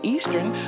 Eastern